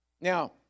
Now